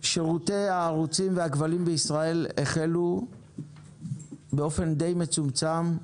שירותי הערוצים והכבלים בישראל החלו באופן מצומצם למדי,